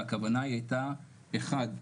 והכוונה הייתה אחד,